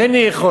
אין לי יכולת,